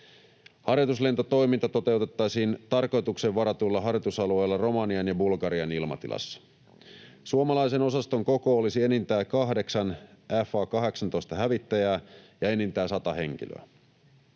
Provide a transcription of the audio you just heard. Harjoituslentotoimintaa toteutettaisiin tarkoitukseen varatuilla harjoitusalueilla Romanian ja Bulgarian ilmatilassa. Suomalaisen osaston koko olisi enintään kahdeksan F/A-18-hävittäjää ja enintään sata henkilöä.